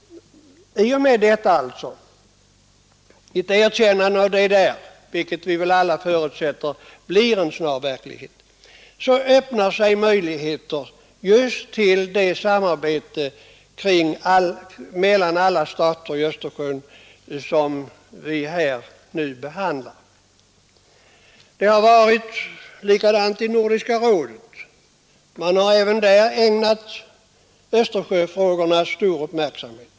I och med ett erkännande av DDR, vilket vi väl alla förutser blir verklighet inom kort, öppnas det möjligheter till det samarbete mellan alla stater runt Östersjön som vi nu talar om. Det har varit likadant i Nordiska rådet. Man har även där ägnat Östersjöfrågorna stor uppmärksamhet.